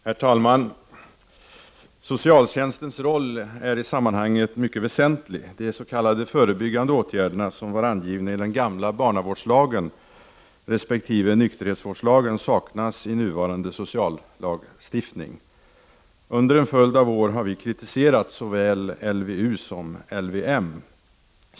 Herr talman! Socialtjänstens roll i detta sammanhang är mycket väsentlig. förebyggande åtgärder som var angivna i den gamla barnavårdslagen resp. nykterhetsvårdslagen saknas i nuvarande socialtjänstlagstiftning. Under en följd av år har vi kritiserat såväl LVU som LVM.